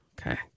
okay